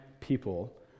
people